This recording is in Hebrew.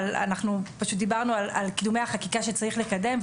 אבל אנחנו פשוט דיברנו על קידומי החקיקה שצריך לקדם,